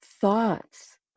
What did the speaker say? thoughts